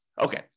Okay